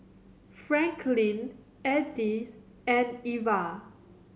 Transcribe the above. Franklin Edith and Eva